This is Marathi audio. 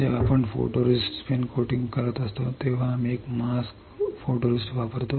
जेव्हा आपण स्पिन कोटिंग फोटोरिस्टिस्ट असतो तेव्हा आम्ही एक मास्क फोटोरिस्टिस्ट वापरतो